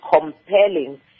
compelling